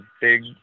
big